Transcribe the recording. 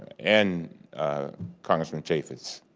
and congressman chaffetz.